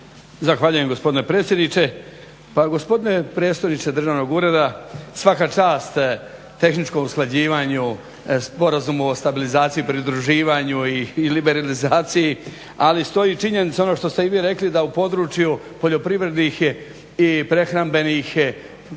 Zahvaljujem gospodine predsjedniče. Pa gospodine predstojniče Državnog ureda svaka čast tehničkom usklađivanju, Sporazumu o stabilizaciji, pridruživanju i liberalizaciji, ali stoji činjenica ono što ste i vi rekli da u području poljoprivrednih i prehrambenih proizvoda